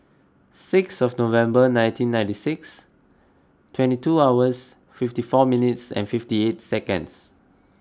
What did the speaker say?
sixth of November nineteen ninety six twenty two hours fifty four minutes and fifty eight seconds